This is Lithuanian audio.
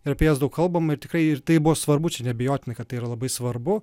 ir apie jas daug kalbama ir tikrai ir tai buvo svarbu čia neabejotina kad tai yra labai svarbu